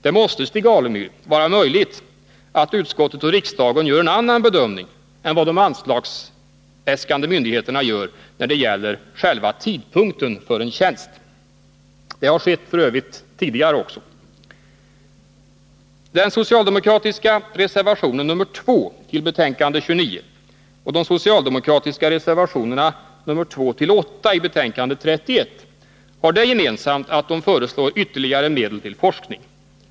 Det måste, Stig Alemyr, vara möjligt att utskottet och riksdagen gör en annan bedömning än vad de anslagsäskande myndigheterna gör när det gäller själva tidpunkten för en tjänst. Det har f. ö. också skett tidigare. Den socialdemokratiska reservationen nr 2 till betänkande 29 och de socialdemokratiska reservationerna nr 2-8 i betänkande 31 har det gemensamt, att de föreslår ytterligare medel till forskning.